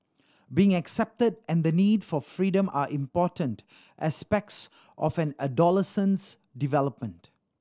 being accepted and the need for freedom are important aspects of an adolescent's development